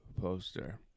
poster